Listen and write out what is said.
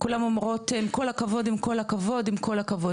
כולן אומרות עם כל הכבוד, עם כל הכבוד.